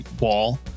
wall